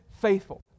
faithful